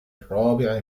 الرابع